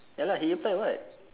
ya lah he apply what